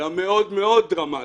אלא מאוד-מאוד דרמטית,